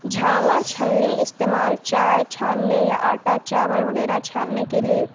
جھاواں چھلنی استعمال چائے چھاننے یا آٹا چاول وغیرہ چھاننے کے لیے